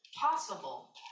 possible